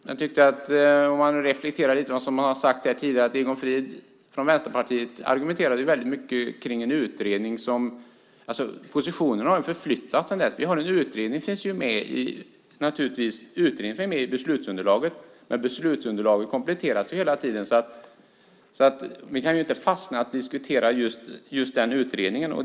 Jag tycker, om man reflekterar lite över det som har sagts tidigare, att Egon Frid från Vänsterpartiet argumenterade väldigt mycket utifrån en utredning, men positionerna har flyttats sedan dess. Utredningen finns naturligtvis med i beslutsunderlaget, men beslutsunderlaget kompletteras hela tiden. Vi kan inte fastna i att diskutera just den utredningen.